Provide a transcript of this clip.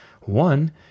One